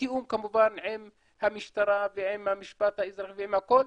בתיאום כמובן עם המשטרה ועם המשפט האזרחי ועם הכול,